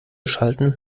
schalten